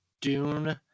Dune